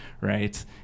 Right